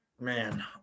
man